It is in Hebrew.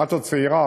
את עוד צעירה,